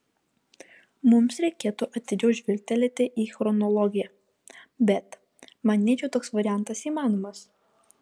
mums reikėtų atidžiau žvilgtelėti į chronologiją bet manyčiau toks variantas įmanomas